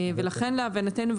ולכן להבנתנו,